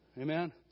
Amen